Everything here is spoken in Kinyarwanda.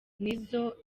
nizzo